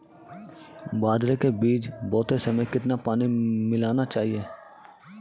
बाजरे के बीज बोते समय कितना पानी मिलाना चाहिए?